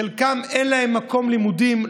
חלקם אין להם מקום לימודים,